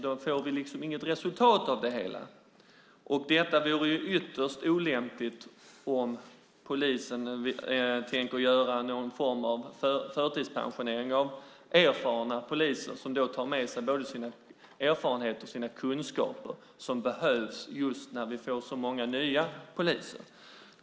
Då får vi inget resultat av det hela. Det vore ytterst olämpligt om polisen skulle förtidspensionera erfarna poliser, som då tog med sig både sina erfarenheter och kunskaper, något som ju behövs när vi får in många nya poliser.